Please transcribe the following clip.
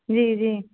जी जी